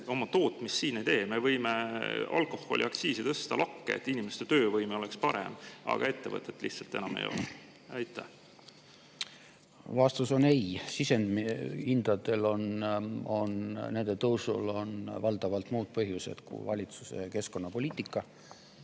oma tootmist siia ei raja. Me võime alkoholiaktsiisi tõsta lakke, et inimeste töövõime oleks parem, aga ettevõtteid lihtsalt enam ei ole. Vastus on ei. Sisendhindadel ja nende tõusul on valdavalt muud põhjused kui valitsuse keskkonnapoliitika,